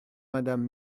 madame